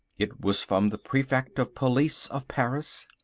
it was from the prefect of police of paris.